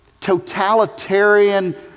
totalitarian